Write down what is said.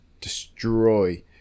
destroy